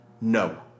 no